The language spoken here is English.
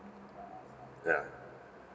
ya